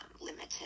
limited